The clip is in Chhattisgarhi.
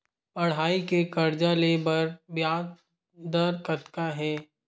पढ़ई के कर्जा ले बर ब्याज दर कतका हे?